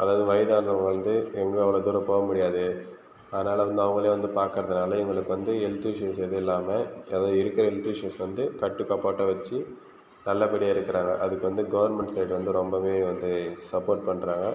அதாவது வயதானவங்க வந்து எங்கே அவ்வளோ தூரம் போக முடியாது அதனால வந்து அவங்களே வந்து பார்க்குறதுனால இவங்களுக்கு எந்த ஹெல்த் இஷ்யூஸும் எதுவுமே இல்லாமல் இருக்கிற ஹெல்த் இஷ்யூஸ் வந்து கட்டுக்கோப்பாக வச்சு நல்லபடியாக இருக்கிறாங்க அதுக்கு வந்து கவர்மெண்ட் சைடு வந்து ரொம்பவே வந்து சப்போர்ட் பண்றாங்க